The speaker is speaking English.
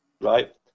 right